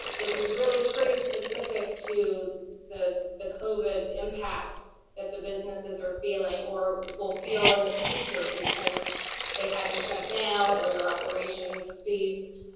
it was really pretty specific to the the covid impacts that businesses are feeling, or will feel in the future because it had to shut down or their operations ceased.